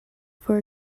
for